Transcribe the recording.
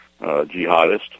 jihadist